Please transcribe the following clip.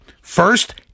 First